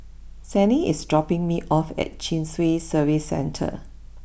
Sannie is dropping me off at Chin Swee Service Centre